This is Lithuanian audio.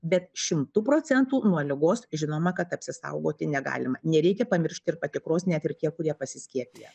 bet šimtu procentų nuo ligos žinoma kad apsisaugoti negalima nereikia pamiršti ir patikros net ir tie kurie pasiskiepiję